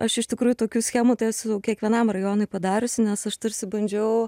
aš iš tikrųjų tokių schemų tai esu kiekvienam rajonui padariusi nes aš tarsi bandžiau